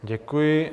Děkuji.